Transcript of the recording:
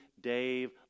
Dave